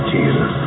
Jesus